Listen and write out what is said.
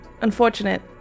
unfortunate